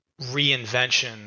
reinvention